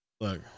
Look